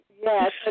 Yes